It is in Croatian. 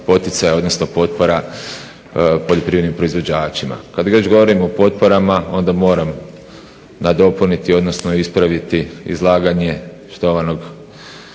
poticaja, odnosno potpora poljoprivrednim proizvođačima. Kad već govorim o potporama onda moram nadopuniti, odnosno ispraviti izlaganje štovanog